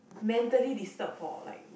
mentally disturbed for like